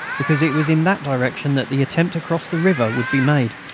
because it was in that direction that the attempt to cross the river would be made.